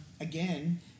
again